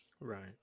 right